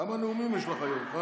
כמה נאומים יש לך היום?